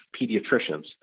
pediatricians